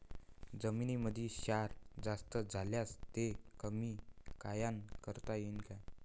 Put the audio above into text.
जमीनीमंदी क्षार जास्त झाल्यास ते कमी कायनं करता येईन?